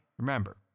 Remember